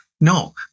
No